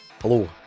Hello